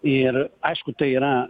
ir aišku tai yra